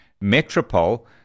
Metropole